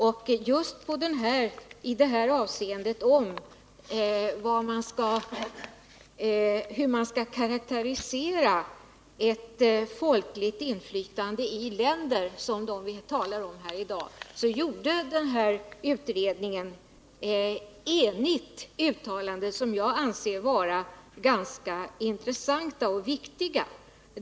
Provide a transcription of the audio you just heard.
Och just i det här avseendet, hur man skall karakterisera ett folkligt inflytande i länder som dem vi talar om här i dag, gjorde utredningen ett enigt uttalande som jag anser vara ganska intressant och viktigt.